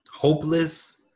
hopeless